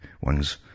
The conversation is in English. ones